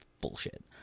Bullshit